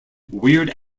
weird